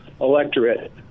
electorate